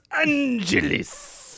Angeles